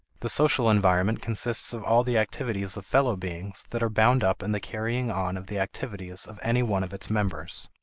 the social environment consists of all the activities of fellow beings that are bound up in the carrying on of the activities of any one of its members.